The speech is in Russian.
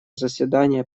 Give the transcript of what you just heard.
заседание